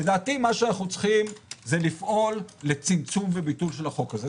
לדעתי עלינו לפעול לצמצום וביטול החוק הזה.